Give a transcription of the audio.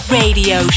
radio